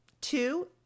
Two